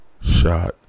shot